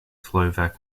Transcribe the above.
slovak